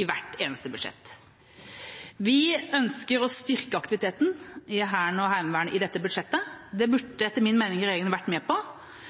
i hvert eneste budsjett. Vi ønsker å styrke aktiviteten i Hæren og Heimevernet i dette budsjettet. Det burde etter min mening regjeringa vært med på.